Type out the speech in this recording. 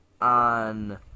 on